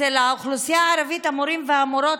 אצל האוכלוסייה הערבית המורים והמורות